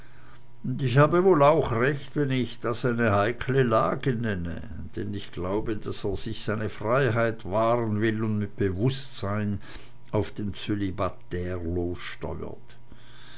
ich habe wohl auch recht wenn ich das eine heikle lage nenne denn ich glaube daß er sich seine freiheit wahren will und mit bewußtsein auf den clibataire lossteuert